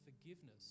Forgiveness